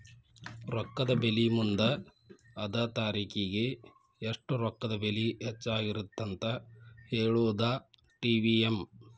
ರೊಕ್ಕದ ಬೆಲಿ ಮುಂದ ಅದ ತಾರಿಖಿಗಿ ಎಷ್ಟ ರೊಕ್ಕದ ಬೆಲಿ ಹೆಚ್ಚಾಗಿರತ್ತಂತ ಹೇಳುದಾ ಟಿ.ವಿ.ಎಂ